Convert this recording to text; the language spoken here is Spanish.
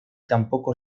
tampoco